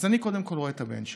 אז אני קודם כול רואה את הבן שלי,